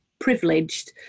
privileged